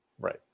right